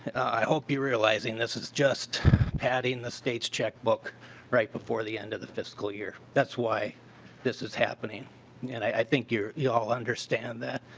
i hope you realizing this is just padding the states checkbook right before the end of the fiscal year. that's why this is happening and i think you all understand that.